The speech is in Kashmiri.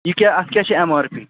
یہِ کیاہ اَتھ کیٛاہ چھِ اٮ۪م آر پی